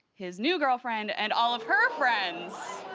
his new girlfriend, and all of her friends.